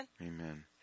Amen